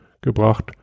gebracht